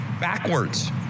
backwards